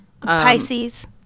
Pisces